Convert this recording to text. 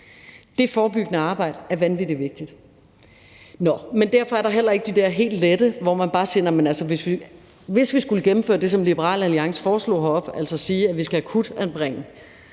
Det forebyggende arbejde er vanvittig vigtigt. Nå, men derfor er der heller ikke de der helt lette løsninger, hvor man bare siger, at vi skal gennemføre det, som Liberal Alliance foreslog heroppefra, altså akutanbringe